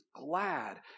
glad